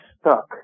stuck